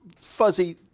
fuzzy